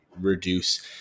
reduce